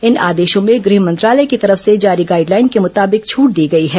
इन आदेशों में गह मंत्रालय की तरफ से जारी गाइडलाइन के मुताबिक छट दी गयी है